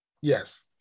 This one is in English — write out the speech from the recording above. Yes